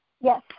Yes